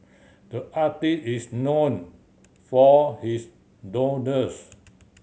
the artist is known for his doodles